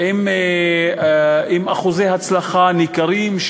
עם אחוזי הצלחה ניכרים,